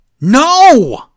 No